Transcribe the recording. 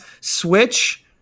Switch